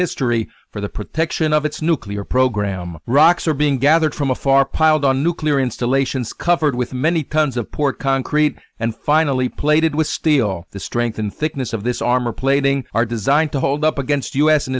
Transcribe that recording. history for the protection of its nuclear program rocks are being gathered from afar piled on nuclear installations covered with many tons of pour concrete and finally plated with steel the strength and thickness of this armor plating are designed to hold up against u s an